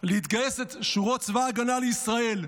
להתגייס לשורות צבא ההגנה לישראל.